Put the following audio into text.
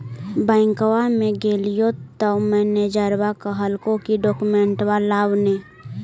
बैंकवा मे गेलिओ तौ मैनेजरवा कहलको कि डोकमेनटवा लाव ने?